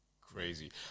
crazy